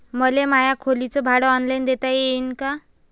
मले माया खोलीच भाड ऑनलाईन देता येईन का?